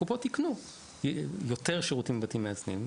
הקופות יקנו יותר שירותים מבתים מאזנים,